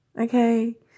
Okay